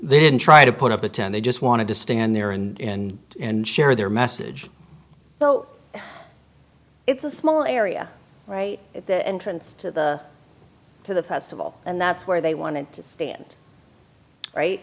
they didn't try to put up a tent they just wanted to stand there in and share their message so it's a small area right at the entrance to the to the festival and that's where they wanted to stand right